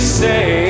say